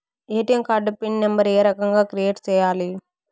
ATM card PIN number ఏ రకంగా create సేయాలి